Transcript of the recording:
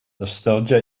nostalgia